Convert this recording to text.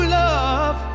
love